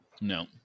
No